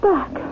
Back